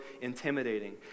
intimidating